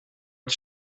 het